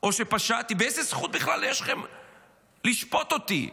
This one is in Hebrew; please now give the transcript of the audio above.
או פשעתי, איזו זכות יש לכם בכלל לשפוט אותי?